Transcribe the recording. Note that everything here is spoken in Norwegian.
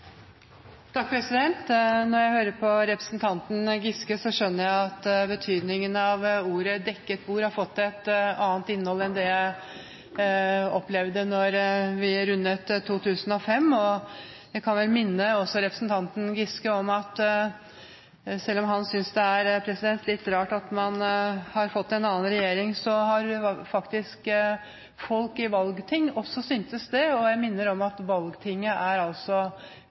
representanten Giske, så skjønner jeg at betydningen av begrepet «dekket bord» har fått et annet innhold enn det jeg opplevde da vi rundet 2005. Jeg kan vel også minne representanten Giske om at selv om han synes det er litt rart at man har fått en annen regjering, så har faktisk folk i valgting også syntes det, og jeg minner om at valgtinget altså er